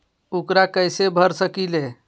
ऊकरा कैसे भर सकीले?